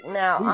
now